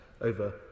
over